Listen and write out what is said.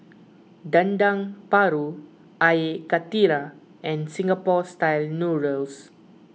Dendeng Paru Air Karthira and Singapore Style Noodles